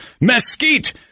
mesquite